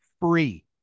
free